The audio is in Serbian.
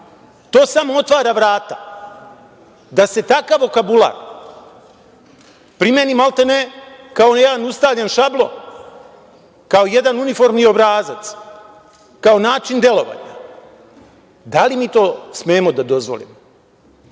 to samo otvara vrata da se takav vokobular primerni maltene kao jedan ustaljen šablon, kao jedan uniformni obrazac, kao način delovanja. Da li mi to smemo da dozvolimo?